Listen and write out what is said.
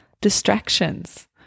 distractions